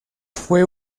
fue